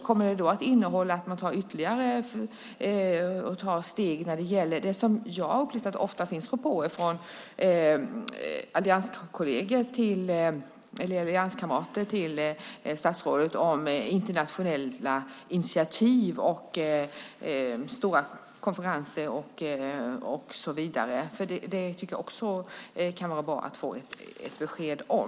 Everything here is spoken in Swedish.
Kommer man att ta ytterligare steg när det gäller det som jag har upplevt att det ofta finns propåer om från allianskamrater till statsrådet, nämligen internationella initiativ och stora konferenser och så vidare? Det tycker jag också kan vara bra att få ett besked om.